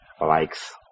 likes